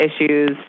issues